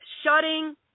shutting